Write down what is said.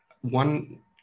One